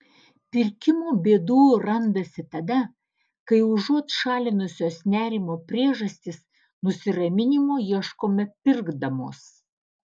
pirkimo bėdų randasi tada kai užuot šalinusios nerimo priežastis nusiraminimo ieškome pirkdamos